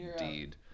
indeed